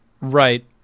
Right